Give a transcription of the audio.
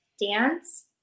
dance